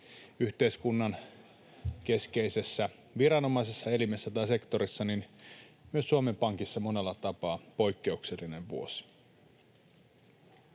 yhteiskunnan keskeisessä viranomaisessa, elimessä tai sektorissa, myös Suomen Pankissa monella tapaa poikkeuksellinen vuosi.